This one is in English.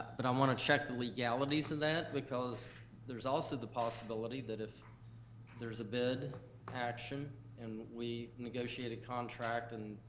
but i want to check the legalities of and that, because there's also the possibility that if there's a bid action and we negotiate a contract and